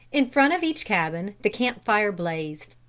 in front of each cabin the camp-fire blazed.